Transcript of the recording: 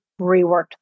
reworked